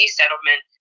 settlement